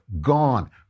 Gone